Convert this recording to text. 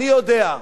אני יודע,